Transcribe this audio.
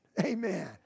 Amen